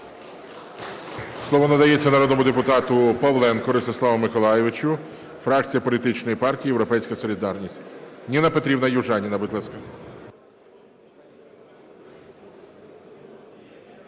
Слово надається народному депутату Павленку Ростиславу Миколайовичу, фракція політичної партії "Європейська солідарність". Ніна Петрівна Южаніна, будь ласка.